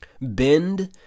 bend